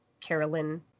Carolyn